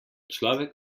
človek